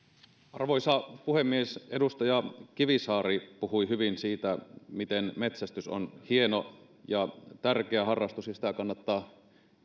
arvoisa puhemies edustaja kivisaari puhui hyvin siitä miten metsästys on hieno ja tärkeä harrastus ja sitä kannattaa